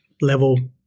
level